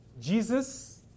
Jesus